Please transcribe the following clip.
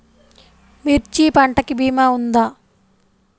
మిర్చి పంటకి భీమా ఉందా?